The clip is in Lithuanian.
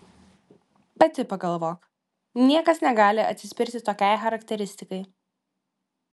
pati pagalvok niekas negali atsispirti tokiai charakteristikai